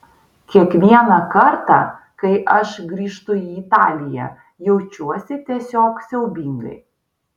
kiekvieną kartą kai aš grįžtu į italiją jaučiuosi tiesiog siaubingai